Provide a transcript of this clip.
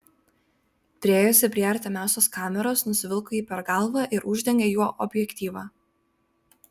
priėjusi prie artimiausios kameros nusivilko jį per galvą ir uždengė juo objektyvą